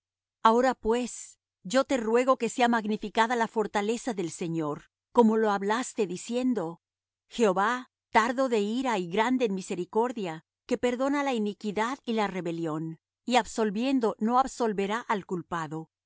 ahora pues yo te ruego que sea magnificada la fortaleza del señor como lo hablaste diciendo jehová tardo de ira y grande en misericordia que perdona la iniquidad y la rebelión y absolviendo no absolverá al culpado que